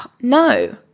no